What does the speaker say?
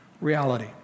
reality